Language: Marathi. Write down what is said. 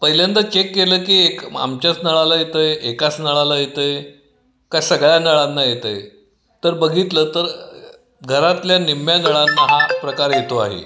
पहिल्यांदा चेक केलं की एक म आमच्याच नळाला येतं आहे एकाच नळाला येतं आहे का सगळ्या नळांना येतं आहे तर बघितलं तर घरातल्या निम्म्या नळांना हा प्रकार येतो आहे